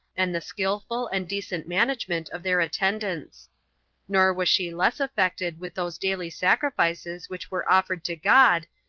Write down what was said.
and the skillful and decent management of their attendance nor was she less affected with those daily sacrifices which were offered to god,